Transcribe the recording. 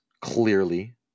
clearly